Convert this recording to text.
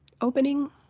opening